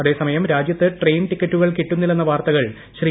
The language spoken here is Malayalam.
അതേ സമയം രാജ്യത്ത് ട്രെയിൻ ടിക്കറ്റുകൾ കിട്ടുന്നില്ലെന്ന വാർത്തകൾ ശ്രീ